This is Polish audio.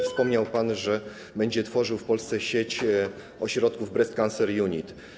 Wspomniał pan, że będzie tworzył w Polsce sieć ośrodków Breast Cancer Unit.